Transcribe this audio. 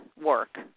work